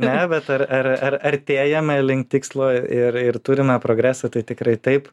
ne bet ar ar ar artėjama link tikslo ir ir turime progresą tai tikrai taip